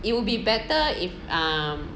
it would be better if um